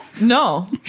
No